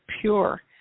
pure